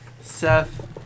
Seth